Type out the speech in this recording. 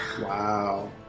Wow